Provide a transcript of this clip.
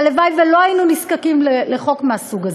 והלוואי שלא היינו נזקקים לחוק מהסוג הזה,